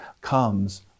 comes